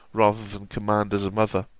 rather than command as a mother